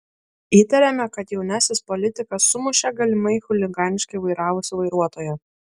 įtariama kad jaunasis politikas sumušė galimai chuliganiškai vairavusį vairuotoją